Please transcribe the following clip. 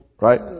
right